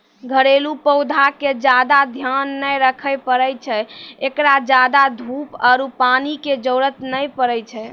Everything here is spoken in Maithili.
घरेलू पौधा के ज्यादा ध्यान नै रखे पड़ै छै, एकरा ज्यादा धूप आरु पानी के जरुरत नै पड़ै छै